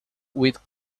with